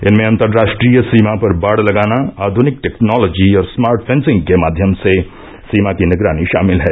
इनमें अंतरराष्ट्रीय सीमा पर बाड़ लगाना आधुनिक टेक्नोलॉजी और स्मार्ट फेंसिंग के माध्यम से सीमा की निगरानी शामिल है